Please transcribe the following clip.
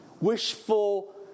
wishful